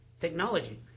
technology